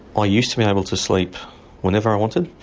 i used to be able to sleep whenever i wanted,